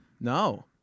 No